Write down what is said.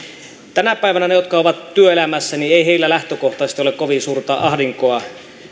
tänä päivänä niillä jotka ovat työelämässä ei lähtökohtaisesti ole kovin suurta ahdinkoa